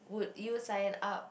would you sign up